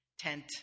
Tent